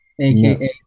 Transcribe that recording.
aka